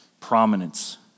Prominence